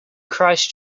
christ